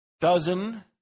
dozen